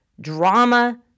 drama